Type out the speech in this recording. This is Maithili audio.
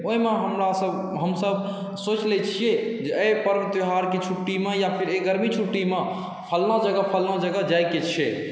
ओहिमे हमरासभ हमसभ सोचि लै छियै एहि पर्व त्यौहारके छुट्टीमे या फेर एहि गर्मी छुट्टीमे फलना जगह फलना जगह जायके छै